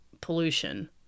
pollution